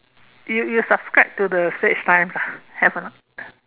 you you subscribe to the Straits times ah have or not